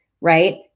right